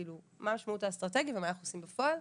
כאילו מה המשמעות האסטרטגית ומה אנחנו עושים בפועל.